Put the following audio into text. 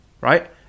right